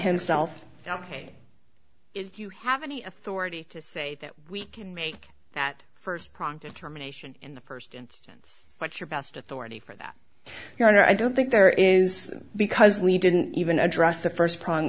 himself ok if you have any authority to say that we can make that first prong determination in the first instance what's your best authority for that your honor i don't think there is because we didn't even address the first pro